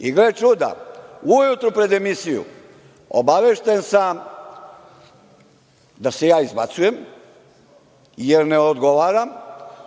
I, gle čuda, ujutro pred emisiju, obavešten sam da se ja izbacujem. jer ne odgovaram.